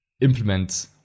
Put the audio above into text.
implement